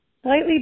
slightly